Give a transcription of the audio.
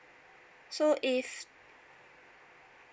so if